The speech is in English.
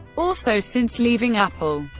also since leaving apple,